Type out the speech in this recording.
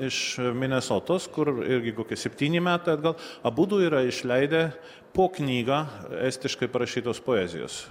iš minesotos kur irgi kokie septyni metai atgal abudu yra išleidę po knygą estiškai parašytos poezijos